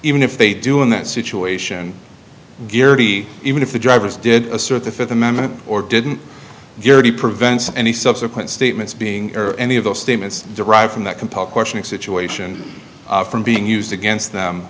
even if they do in that situation guilty even if the drivers did assert the fifth amendment or didn't prevents any subsequent statements being or any of those statements derived from that compel questioning situation from being used against them